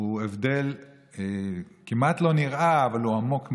הוא הבדל כמעט לא נראה, אבל הוא עמוק מאוד.